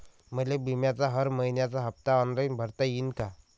मले बिम्याचा हर मइन्याचा हप्ता ऑनलाईन भरता यीन का?